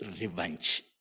revenge